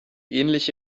ähnliche